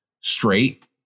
straight